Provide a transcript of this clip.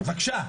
בבקשה,